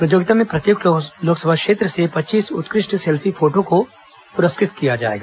प्रतियोगिता में प्रत्येक लोकसभा क्षेत्र से पच्चीस उत्कृष्ट सेल्फी फोटो को पुरस्कृत किया जाएगा